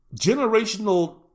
generational